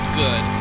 good